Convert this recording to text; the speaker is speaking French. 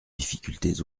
difficultés